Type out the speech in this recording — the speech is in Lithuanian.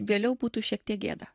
vėliau būtų šiek tiek gėda